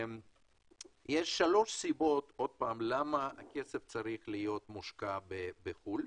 יש שלוש סיבות למה הכסף צריך להיות מושקע בחו"ל: